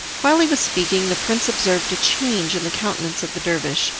while he was speaking, the prince observed a change in the countenance of the dervish,